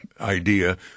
idea